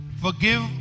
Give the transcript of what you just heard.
forgive